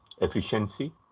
efficiency